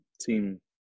team